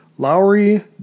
Lowry